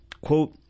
quote